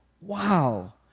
wow